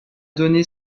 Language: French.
donné